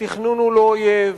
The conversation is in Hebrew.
התכנון הוא לא אויב,